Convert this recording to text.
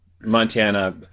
Montana